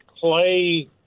clay